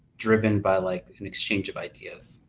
driven by like an exchange of ideas.